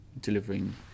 delivering